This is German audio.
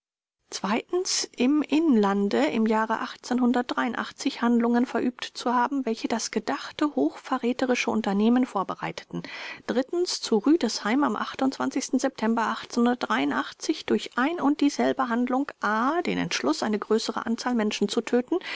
im inlande im jahre handlungen verübt zu haben welche das gedachte hochverräterische unternehmen vorbereiteten zu rüdesheim am september durch ein und dieselbe handlung a den entschluß eine größere anzahl menschen zu töten